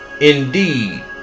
indeed